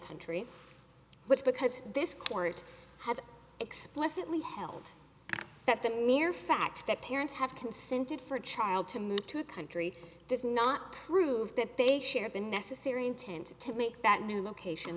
country which because this court has explicitly held that the mere fact that parents have consented for a child to move to a country does not prove that they share the necessary intent to make that new location